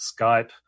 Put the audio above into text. Skype